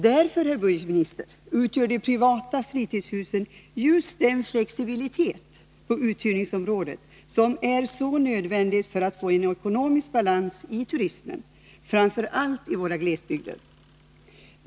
Därför, herr budgetminister, ger de privata fritidshusen just den möjlighet till flexibilitet på uthyrningsområdet som är så nödvändig för att man skall få en ekonomisk balans i turismen, framför allt i våra glesbygder.